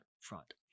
front